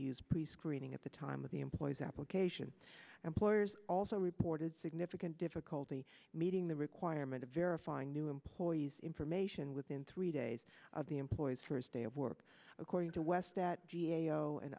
use prescreening at the time of the employee's application employers also reported significant difficulty meeting the requirement of verifying new employees information within three days of the employee's first day of work according to west that g a o and